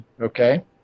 okay